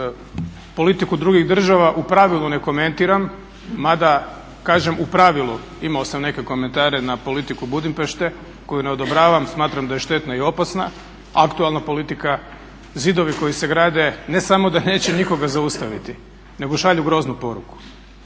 Hodžić politiku drugih država u pravilu ne komentiram, mada kažem u pravilu. Imao sam neke komentare na politiku Budimpešte koju ne odobravam. Smatram da je štetna i opasna, aktualna politika, zidovi koji se grade. Ne samo da neće nikoga zaustaviti, nego šalju groznu poruku.